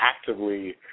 actively